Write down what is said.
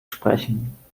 sprechen